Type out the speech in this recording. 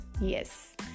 Yes